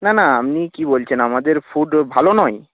না না আপনি কী বলছেন আমাদের ফুড ভালো নয়